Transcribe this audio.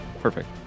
Perfect